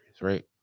right